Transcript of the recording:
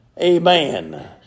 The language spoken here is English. Amen